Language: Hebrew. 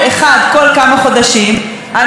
לא קוראים לי השרה רגב,